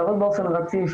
לעבוד באופן רציף,